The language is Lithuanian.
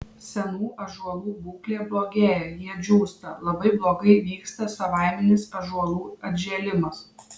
senų ąžuolų būklė blogėja jie džiūsta labai blogai vyksta savaiminis ąžuolų atžėlimas